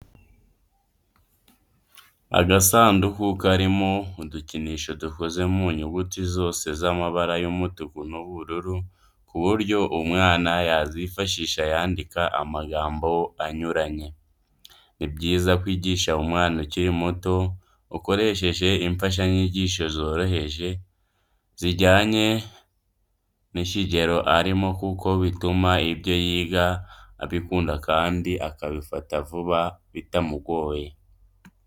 Agasanduku karimo udukinisho dukoze mu nyuguti zose z'amabara y'umutuku n'ubururu ku buryo umwana yazifashisha yandika amagambo anyuranye. Ni byiza kwigisha umwana ukiri muto ukoresheje imfashanyigisho zoroheje zijyanye n'ikigero arimo kuko bituma ibyo yiga abikunda kandi akabifata vuba bitamugoye.